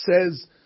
says